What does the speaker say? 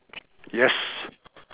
yes